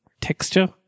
texture